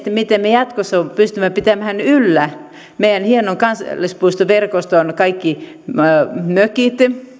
miten me jatkossa pystymme pitämään yllä meidän hienon kansallispuistoverkoston kaikki mökit